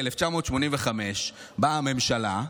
ב-1985 באה הממשלה,